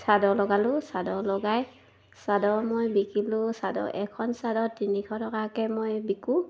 চাদৰ লগালোঁ চাদৰ লগাই চাদৰ মই বিকিলোঁ চাদৰ এখন চাদৰ তিনিশ টকাকৈ মই বিকোঁ